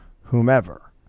whomever